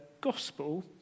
gospel